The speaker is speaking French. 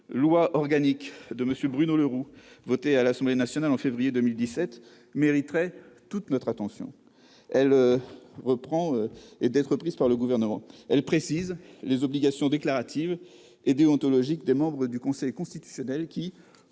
loi organique de Bruno Le Roux, votée à l'Assemblée nationale au mois de février 2017, mériterait toute notre attention et une reprise par le Gouvernement. Elle précise les obligations déclaratives et déontologiques des membres du Conseil constitutionnel qui,